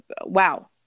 wow